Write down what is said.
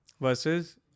versus